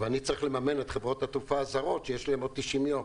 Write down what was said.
ואני צריך לממן את חברות התעופה הזרות שיש להם עוד 90 יום.